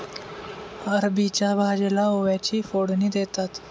अरबीच्या भाजीला ओव्याची फोडणी देतात